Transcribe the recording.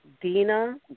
Dina